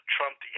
Trump